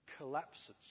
collapses